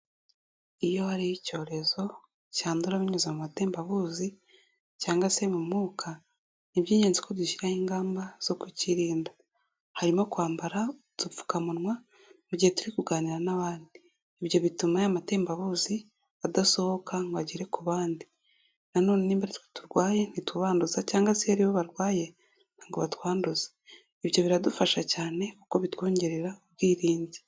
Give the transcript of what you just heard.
Iyo hariho icyorezo cyandura binyuze mu matembabuzi cyangwa se mu mwuka ni iby'ingenzi ko dushyiraho ingamba zo kukirinda, harimo kwambara udupfukamunwa mu gihe turi kuganira n'abandi, ibyo bituma ya matembabuzi adasohoka ngo agere ku bandi, nanone nimba ari twe turwaye ntitubanduza cyangwa se iyo aribo barwaye ntabwo batwanduza ibyo biradufasha cyane kuko bitwongerera ubwirinzi.